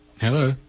Hello